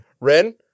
Ren